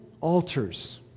altars